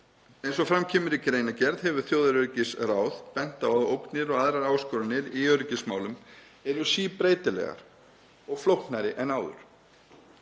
Eins og fram kemur í greinargerð hefur þjóðaröryggisráð bent á að ógnir og aðrar áskoranir í öryggismálum eru síbreytilegar og flóknari en áður.